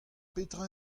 petra